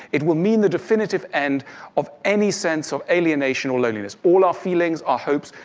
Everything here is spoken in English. it will mean the definitive end of any sense of alienation or loneliness. all our feelings, our hopes,